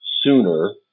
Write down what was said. sooner